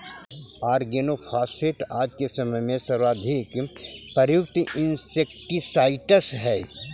organophosphate आज के समय में सर्वाधिक प्रयुक्त इंसेक्टिसाइट्स् हई